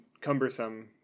cumbersome